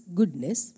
goodness